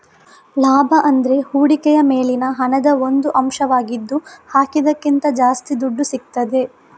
ಲಾಭ ಅಂದ್ರೆ ಹೂಡಿಕೆಯ ಮೇಲಿನ ಹಣದ ಒಂದು ಅಂಶವಾಗಿದ್ದು ಹಾಕಿದ್ದಕ್ಕಿಂತ ಜಾಸ್ತಿ ದುಡ್ಡು ಸಿಗ್ತದೆ